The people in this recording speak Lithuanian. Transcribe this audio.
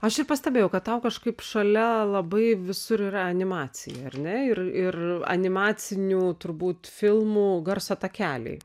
aš ir pastebėjau kad tau kažkaip šalia labai visur yra animacija ar ne ir ir animacinių turbūt filmų garso takeliai